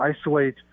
isolate